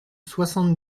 soixante